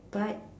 but